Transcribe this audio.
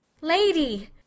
lady